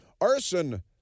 Arson